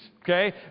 okay